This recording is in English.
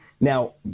now